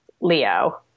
Leo